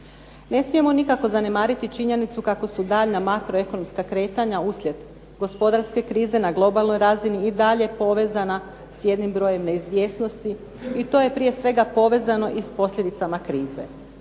Ne smijemo nikako zanemariti činjenicu kako su daljnja makroekonomska kretanja uslijed gospodarske krize na globalnoj razini i dalje povezana sa jednim brojem neizvjesnosti i to je prije svega povezano i s posljedicama krize.